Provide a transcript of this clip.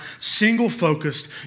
single-focused